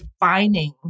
defining